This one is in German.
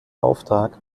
auftrag